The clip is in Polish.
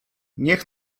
niech